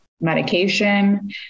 medication